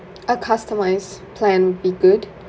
a customised plan would be good